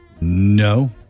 No